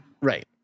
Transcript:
Right